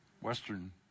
Western